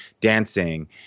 dancing